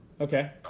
Okay